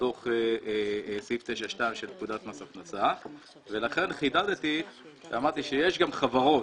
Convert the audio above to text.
בתוך סעיף 9(2) לפקודת מס הכנסה ולכן חידדתי ואמרתי שיש גם חברות